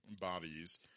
bodies